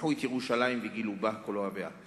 שמחו את ירושלים וגילו בה כל אוהביה,